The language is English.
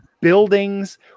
buildings